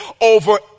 over